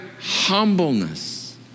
humbleness